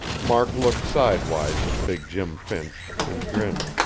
mark looked sidewise at big jim finch, and grinned.